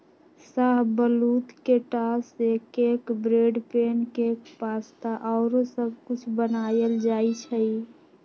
शाहबलूत के टा से cake, bread, pancake, pasta आउरो सब कुछ बनायल जाइ छइ